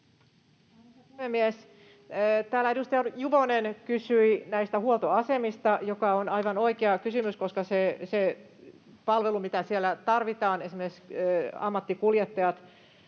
Edustaja Juvonen kysyi näistä huoltoasemista, joka on aivan oikea kysymys, koska on tärkeää, että ne palvelut, mitä siellä tarvitaan, esimerkiksi ammattikuljettajat